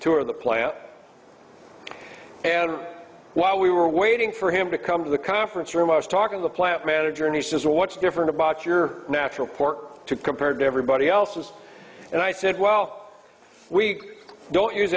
tour of the plant and while we were waiting for him to come to the conference room i was talking the plant manager and he says what's different about your natural for compared to everybody else's and i said well we don't use